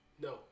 no